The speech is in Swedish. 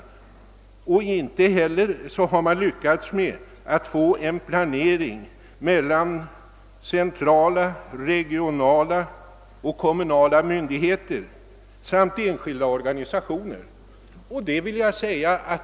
Inte heller har man lyckats få till stånd en planering mellan centrala, regionala och kommunala myndigheter samt enskilda organisationer.